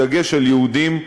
בדגש על יהודים דתיים,